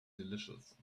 delicious